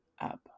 up